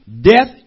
Death